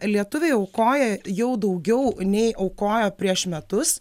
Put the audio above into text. lietuviai aukoja jau daugiau nei aukojo prieš metus